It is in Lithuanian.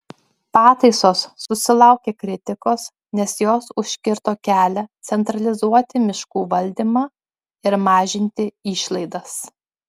pataisos susilaukė kritikos nes jos užkirto kelią centralizuoti miškų valdymą ir mažinti išlaidas